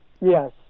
Yes